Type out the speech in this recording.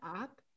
up